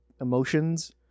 emotions